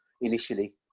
initially